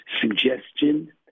suggestion